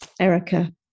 Erica